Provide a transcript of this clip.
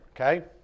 okay